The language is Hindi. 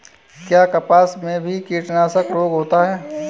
क्या कपास में भी कीटनाशक रोग होता है?